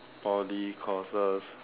Poly courses